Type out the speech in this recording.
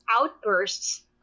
outbursts